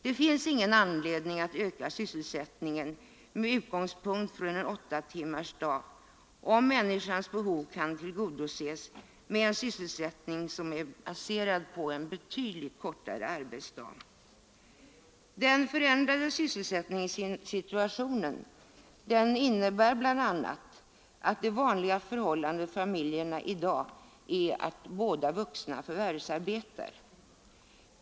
Det finns ingen anledning att öka sysselsättningen med utgångspunkt i en åttatimmarsdag, om människans behov kan tillgodoses med en sysselsättning som är baserad på en betydligt kortare arbetsdag, Den förändrade sysselsättningssituationen innebär bl.a. att det vanligaste förhållandet i familjerna i dag är att båda vuxna förvärvsarbetar.